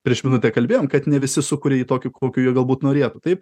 prieš minutę kalbėjom kad ne visi sūkuria jį tokiu kokiu jie galbūt norėtų taip